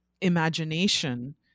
imagination